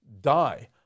die